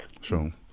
Sure